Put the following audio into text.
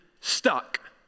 stuck